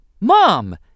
Mom